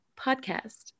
podcast